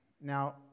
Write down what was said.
Now